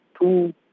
two